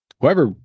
whoever